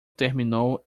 terminou